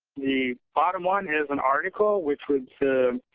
the bottom one is an article which was